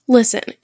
Listen